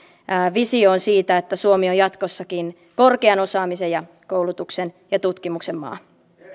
visioon siitä että suomi on jatkossakin korkean osaamisen ja koulutuksen ja tutkimuksen maa